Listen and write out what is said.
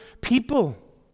people